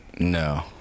No